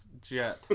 jet